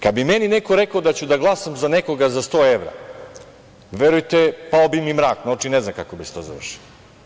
Kad bi meni neko rekao da ću da glasam za nekoga za 100 evra, verujte, pao bi mi mrak na oči, ne znam kako bi se to završilo.